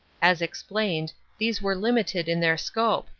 as explained, these were limited in their scope,